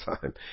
time